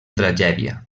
tragèdia